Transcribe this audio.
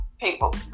People